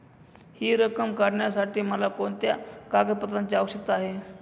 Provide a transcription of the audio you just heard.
हि रक्कम काढण्यासाठी मला कोणत्या कागदपत्रांची आवश्यकता आहे?